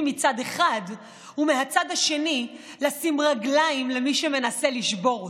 מצד אחד ומהצד השני לשים רגליים למי שמנסה לשבור אותה?